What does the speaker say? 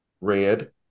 red